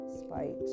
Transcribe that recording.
spite